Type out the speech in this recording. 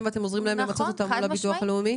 ואתם עוזרים להם למצות אותם מול הביטוח הלאומי.